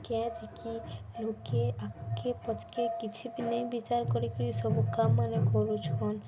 କାଏଁଯେକି ଲୋକେ ଆକେ ପଛ୍କେ କିଛି ବି ନେଇ ବିଚାର୍ କରିକିରି ସବୁ କାମ୍ମାନେ କରୁଛନ୍